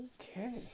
Okay